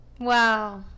wow